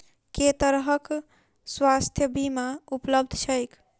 केँ तरहक स्वास्थ्य बीमा उपलब्ध छैक?